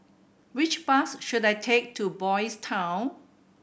which bus should I take to Boys' Town